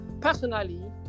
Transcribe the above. personally